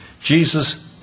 Jesus